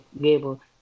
Gable